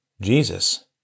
Jesus